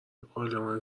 پارلمان